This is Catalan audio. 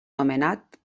nomenat